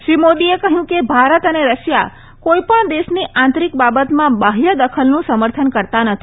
શ્રી મોદીએ કહ્યું કે ભારત અને રશિયા કોઈપણ દેશની આંતરિક બાબતમાં બાહ્ય દખલનું સમર્થન કરતા નથી